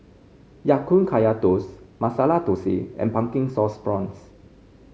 Ya Kun Kaya Toast Masala Thosai and Pumpkin Sauce Prawns